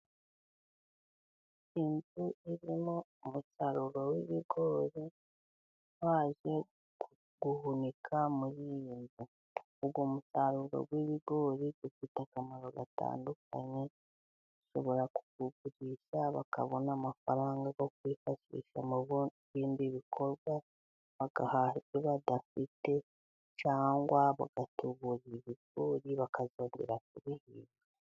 Inzu irimo umusaruro w'ibigori, baje guhunika muri iyi nzu. Uwo musaruro w'ibigori bifite akamaro gatandukanye, bashobora kuwugurisha bakabona amafaranga yo kwifashisha mu bindi bikorwa bagahaha ibyo badafite cyangwa bagatubura ibigori bakaga...